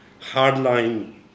hardline